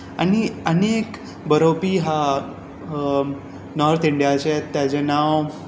आनी आनी एक बरोवपी हा नोर्थ इनडियाचो ताचें नांव